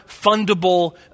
fundable